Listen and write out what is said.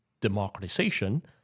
democratization